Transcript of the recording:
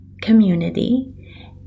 community